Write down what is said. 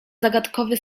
zagadkowy